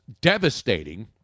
devastating